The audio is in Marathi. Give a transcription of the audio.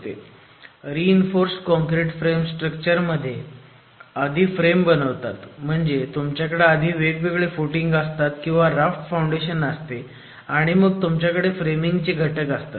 रि इन्फोर्स्ड कॉनक्रिट फ्रेम स्ट्रक्चर मध्ये आधी फ्रेम बनवतात म्हणजे तुमच्याकडे आधी वेगवेगळे फुटिंग असतात किंवा राफ्ट फाउंडेशन असते आणि मग तुमच्याकडे फ्रेमिंगचे घटक असतात